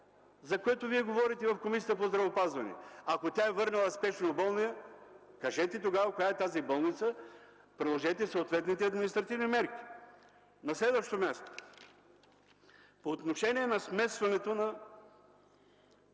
за което Вие говорите в Комисията по здравеопазването. Ако тя е върнала спешно болния, кажете тогава коя е тази болница и приложете съответните административни мерки. На следващо място, по отношение смесването на